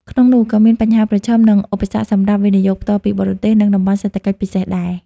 ក្នុងនោះក៏មានបញ្ហាប្រឈម និងឧបសគ្គសម្រាប់ វិនិយោគផ្ទាល់ពីបរទេស និង តំបន់សេដ្ឋកិច្ចពិសេសដែរ។